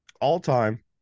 all-time